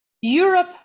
europe